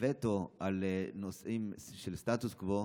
וטו על נושאים של סטטוס קוו,